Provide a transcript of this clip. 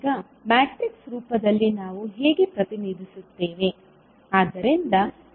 ಈಗ ಮ್ಯಾಟ್ರಿಕ್ಸ್ ರೂಪದಲ್ಲಿ ನಾವು ಹೇಗೆ ಪ್ರತಿನಿಧಿಸುತ್ತೇವೆ